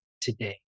today